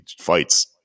fights